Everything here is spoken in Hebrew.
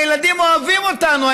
הילדים אוהבים אותנו,